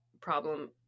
problem